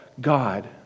God